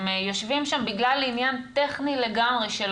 הם יושבים שם בגלל עניין טכני לגמרי של